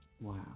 Wow